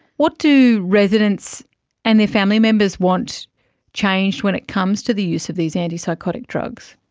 what do residents and their family members want changed when it comes to the use of these antipsychotic drugs?